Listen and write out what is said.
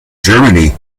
germany